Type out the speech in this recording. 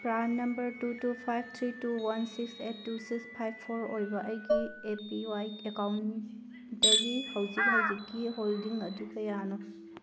PRAN number two two five three two one six eight two six five four ꯑꯣꯏꯕ ꯑꯩꯒꯤ A P Y account ꯗꯒꯤ ꯍꯧꯖꯤꯛ ꯍꯧꯖꯤꯛꯀꯤ holding ꯑꯗꯨ ꯀꯌꯥꯅꯣ